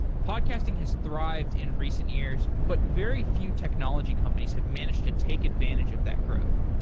podcasting has thrived in recent years but very few technology companies have managed to take advantage of that growth.